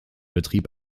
betrieb